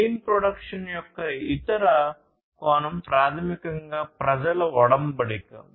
lean production యొక్క ఇతర కోణం ప్రాథమికంగా ప్రజల వొడంబడిక